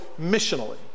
missionally